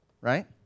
right